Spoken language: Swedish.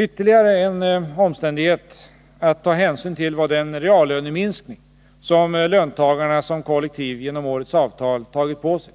Ytterligare en omständighet att ta hänsyn till var den reallöneminskning som löntagarna som kollektiv genom årets avtal tagit på sig.